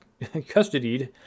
custodied